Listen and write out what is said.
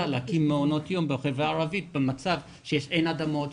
להקים מעונות יום בחברה הערבית במצב שאין אדמות,